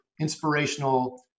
inspirational